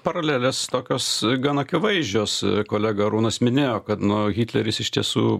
paralelės tokios gan akivaizdžios kolega arūnas minėjo kad nu hitleris iš tiesų